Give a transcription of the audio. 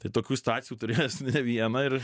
tai tokių situacijų turėjęs ne vieną ir